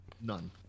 None